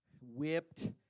whipped